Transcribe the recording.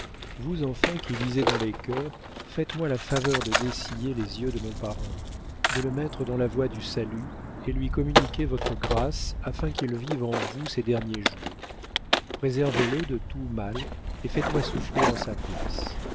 vous enfin qui lisez dans les cœurs faites-moi la faveur de dessiller les yeux de mon parrain de le mettre dans la voie du salut et lui communiquer votre grâce afin qu'il vive en vous ses derniers jours préservez le de tout mal et faites-moi souffrir en sa place